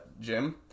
Jim